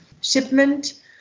shipment